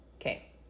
Okay